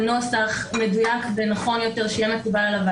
ולשלוח את המסר בנושא שעליו ביקשתי לקבל.